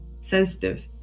sensitive